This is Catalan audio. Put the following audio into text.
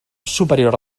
superior